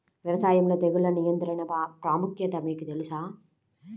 వ్యవసాయంలో తెగుళ్ల నియంత్రణ ప్రాముఖ్యత మీకు తెలుసా?